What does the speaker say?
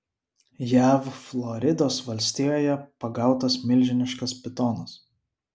jav floridos valstijoje pagautas milžiniškas pitonas